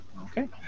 Okay